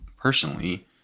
personally